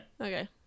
Okay